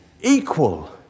equal